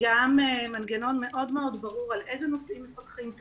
וגם מנגנון מאוד ברור על איזה נושאים מפקחים,